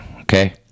okay